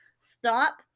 stop